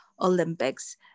Olympics